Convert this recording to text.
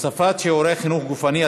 הוספת שיעורי חינוך גופני),